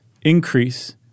increase